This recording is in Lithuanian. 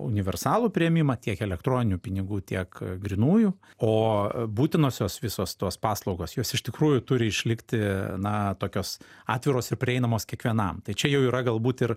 universalų priėmimą tiek elektroninių pinigų tiek grynųjų o būtinosios visos tos paslaugos jos iš tikrųjų turi išlikti na tokios atviros ir prieinamos kiekvienam tai čia jau yra galbūt ir